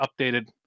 updated